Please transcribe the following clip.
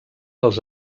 els